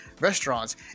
restaurants